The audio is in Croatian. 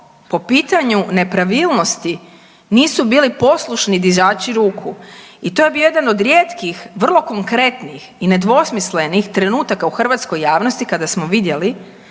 po pitanju nepravilnosti nisu bili poslušni dizači ruku i to je bio jedan od rijetkih vrlo konkretnih i nedvosmislenih trenutaka u hrvatskoj javnosti kada smo vidjeli